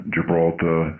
Gibraltar